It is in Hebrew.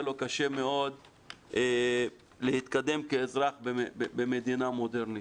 לו קשה מאוד להתקדם כאזרח במדינה מודרנית.